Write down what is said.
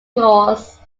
clause